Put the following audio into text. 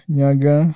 Nyaga